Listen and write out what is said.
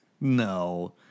no